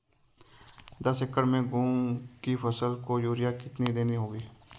दस एकड़ में मूंग की फसल को यूरिया कितनी देनी होगी?